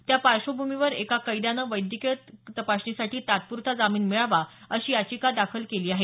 त्या पार्श्वभूमीवर एका कैद्यानं वैद्यकीय कारणासाठी तात्पूरता जामीन मिळावा अशी याचिका दाखल केली आहे